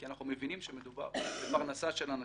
כי אנחנו מבינים שמדובר בפרנסה של אנשים,